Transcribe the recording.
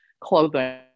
clothing